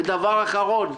ודבר אחרון,